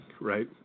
Right